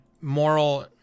Moral